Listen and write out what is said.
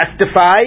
testify